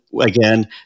again